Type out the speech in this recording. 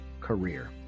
career